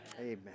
amen